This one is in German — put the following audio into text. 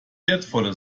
wertvolle